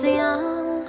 young